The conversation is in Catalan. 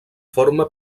forma